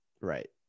Right